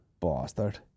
Bastard